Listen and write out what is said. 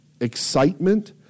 excitement